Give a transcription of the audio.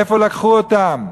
איפה לקחו אותם?